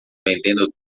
vendendo